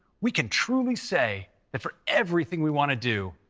we can truly say that for everything we want to do,